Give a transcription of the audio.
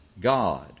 God